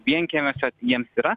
vienkiemiuose jiems yra